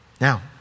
Now